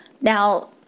Now